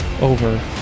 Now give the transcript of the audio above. over